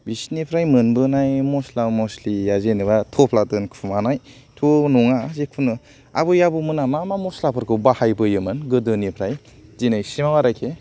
बिसिनिफ्राय मोनबोनाय मस्ला मस्लिया जेनेबा थफ्ला दोनखुमानायथ' नङा जिखुनु आबै आबौमोना मा मा मस्ला फोरखौ बाहायबोयोमोन गोदोफ्राय दिनैसिमाव आरोखि